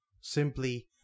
simply